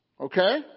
Okay